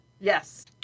Yes